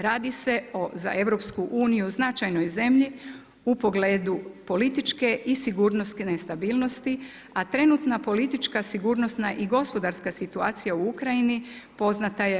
Radi se za EU o značajnoj zemlji o pogledu političke i sigurnosne nestabilnosti, a trenutna politička sigurnosna i gospodarska situacija u Ukrajini poznata je RH.